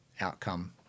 outcome